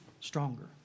stronger